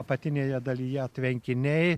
apatinėje dalyje tvenkiniai